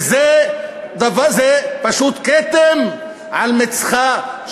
וזה פשוט כתם על המצח של